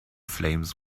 flames